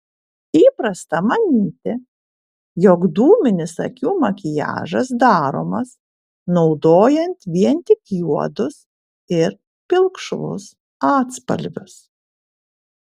įprasta manyti jog dūminis akių makiažas daromas naudojant vien tik juodus ir pilkšvus atspalvius